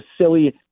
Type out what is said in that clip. silly